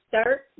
start